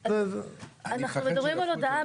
אני מפחד שיהפכו את זה לבדיחה.